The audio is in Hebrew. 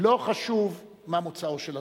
לא חשוב מה מוצאו של אדם,